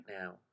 now